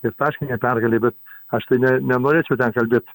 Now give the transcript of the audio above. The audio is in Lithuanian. tai taškinė pergalė bet aš tai ne nenorėčiau ten kalbėt